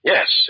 Yes